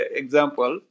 example